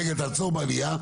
רגע, תעצור בעלייה.